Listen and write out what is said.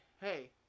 hey